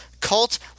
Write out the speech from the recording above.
Cult